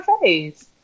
face